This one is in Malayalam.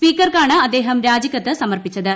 സ്പീക്കർക്കാണ് അദ്ദേഹം രാജികത്ത് സമർപ്പിച്ചത്